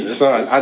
son